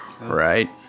right